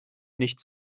nicht